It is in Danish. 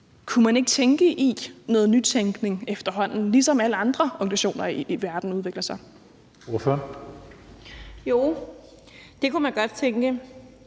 Kunne man ikke tænke i noget nytænkning efterhånden, ligesom alle andre organisationer i verden udvikler sig? Kl. 19:06 Tredje næstformand (Karsten